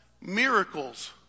Miracles